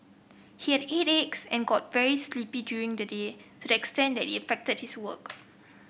he had headaches and got very sleepy during the day to the extent that it affected his work